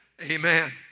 Amen